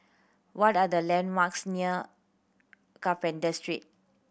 what are the landmarks near Carpenter Street